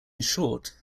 short